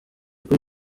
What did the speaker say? kuri